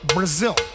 Brazil